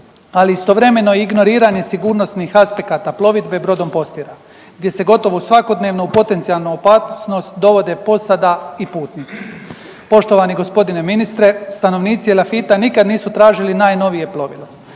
ali istovremeno ignoriranje sigurnosnih aspekata plovidbe brodom Postira gdje se gotovo svakodnevno u potencijalnu opasnost dovode posada i putnici. Poštovani g. ministre stanovnici Elafita nikad nisu tražili najnovije plovilo.